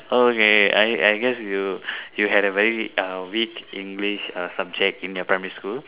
okay I I guess you you had a very uh weak English uh subject in your primary school